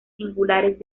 singulares